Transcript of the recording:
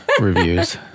reviews